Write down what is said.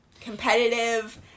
competitive